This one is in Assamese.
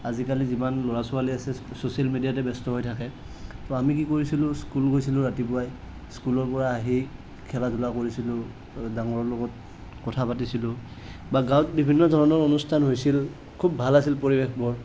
যিমান ল'ৰা ছোৱালী আছে চ'ছিয়েল মিডিয়াতে ব্যস্ত হৈ থাকে ত আমি কি কৰিছিলোঁ স্কুল গৈছিলোঁ ৰাতিপুৱাই স্কুলৰ পৰা আহি খেলা ধূলা কৰিছিলোঁ ডাঙৰৰ লগত কথা পাতিছিলোঁ বা গাওঁত বিভিন্ন ধৰণৰ অন্যষ্ঠান হৈছিল খুব ভাল আছিল পৰিৱেশবোৰ